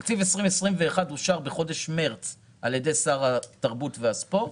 תקציב 2021 אושר בחודש מרץ על ידי השר התרבות והספורט.